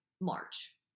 March